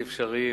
הבלתי-אפשריים,